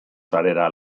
sarera